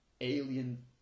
alien